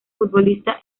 futbolista